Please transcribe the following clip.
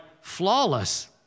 flawless